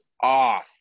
off